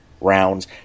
rounds